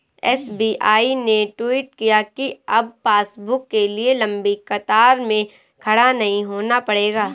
SBI ने tweet किया कि अब पासबुक के लिए लंबी कतार में खड़ा नहीं होना पड़ेगा